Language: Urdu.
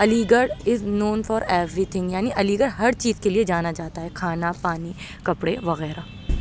علی گڑھ یعنی علی گڑھ ہر چیز کے لیے جانا جاتا ہے کھانا پانی کپڑے وغیرہ